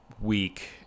week